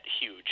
huge